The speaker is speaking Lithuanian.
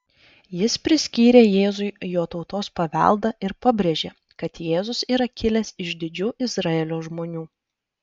jis priskyrė jėzui jo tautos paveldą ir pabrėžė kad jėzus yra kilęs iš didžių izraelio žmonių